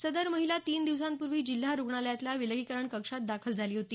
सदर महिला तीन दिवसांपूर्वी जिल्हा रुग्णालयातल्या विलगीकरण कक्षात दाखल झाली होती